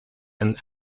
and